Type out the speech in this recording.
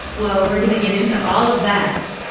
well, we're going to get into all of that